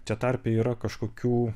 čia tarpe yra kažkokių